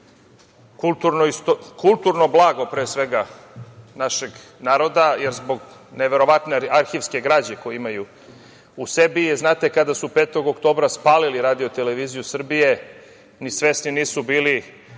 kulturno blago, pre svega, našeg naroda, zbog neverovatne arhivske građe koju imaju u sebi. Znate, kada su 5. oktobra spalili RTS ni svesni nisu bili